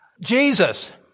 Jesus